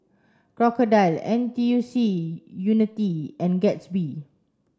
Crocodile N T U C Unity and Gatsby